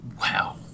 Wow